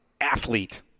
athlete